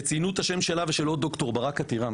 וציינו את השם של יפעת ושל עוד דוקטור - ברק אתירם